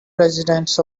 presidents